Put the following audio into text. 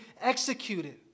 executed